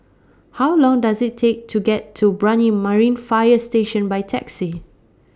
How Long Does IT Take to get to Brani Marine Fire Station By Taxi